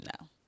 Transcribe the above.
No